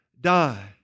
die